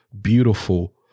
beautiful